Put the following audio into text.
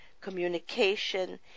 communication